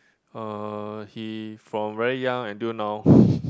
uh he from very young until now